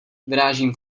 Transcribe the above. vyrážím